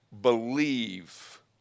believe